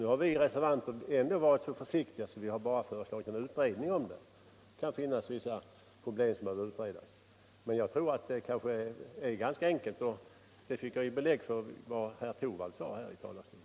Nu har vi reservanter varit så försiktiga att vi endast föreslagit en utredning av frågan, eftersom det kan finnas vissa problem som behöver utredas. Men jag tror att man ganska enkelt kan lösa dem, och det fick jag ju belägg för genom herr Torwalds yttrande här i talarstolen.